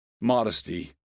Modesty